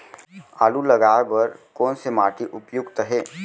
आलू लगाय बर कोन से माटी उपयुक्त हे?